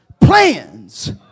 plans